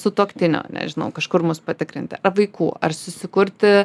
sutuoktinio nežinau kažkur mus patikrinti ar vaikų ar susikurti